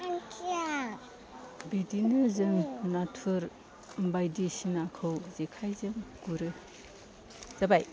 बिदिनो जों नाथुर बायदिसिनाखौ जेखाइजों गुरो जाबाय